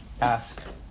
ask